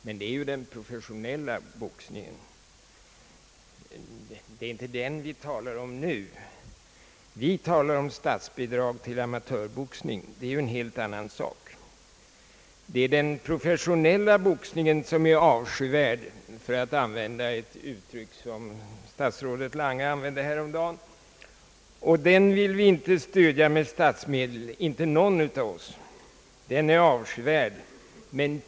Men det är ju den professionella boxningen! Det är inte den vi talar om nu, utan vi talar om statsbidrag till amatörboxningen, vilket är en helt annan sak! Det är den professionella boxningen som är avskyvärd, för att använda ett uttryck som statsrådet Lange begagnade sig av häromdagen, och den vill vi icke stödja med statsmedel, inte någon av oss. Den är avskyvärd!